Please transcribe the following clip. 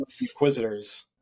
Inquisitors